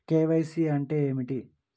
KYC అంటే ఏమిటి?